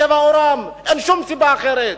בגלל צבע עורם, אין שום סיבה אחרת.